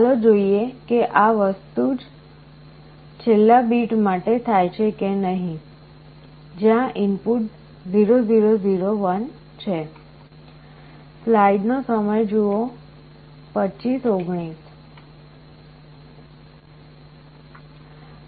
ચાલો જોઈએ કે આ જ વસ્તુ છેલ્લા બીટ માટે થાય છે કે નહીં જ્યાં ઇનપુટ 0 0 0 1 છે